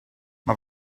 mae